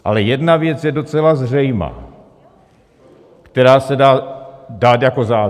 Ale jedna věc je docela zřejmá, která se dá dát jako závěr.